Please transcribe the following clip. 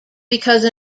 because